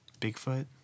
Bigfoot